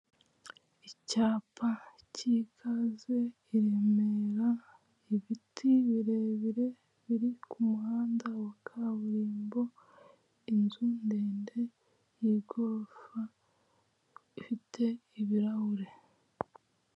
Icyapa cy'ikaze i Remera ibiti birebire biri ku muhanda wa kaburimbo inzu ndende y'igorofa ifite ibirahure.